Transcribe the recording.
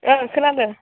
औ खोनादो